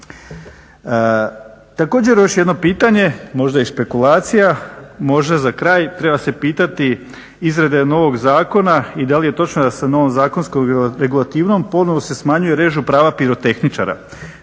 Također još jedno pitanje, možda i spekulacija može za kraj, treba se pitati, izrada je novog zakona i da li je točno da se novom zakonskom regulativom ponovo se smanjuje, režu prava pirotehničara